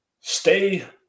stay